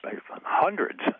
hundreds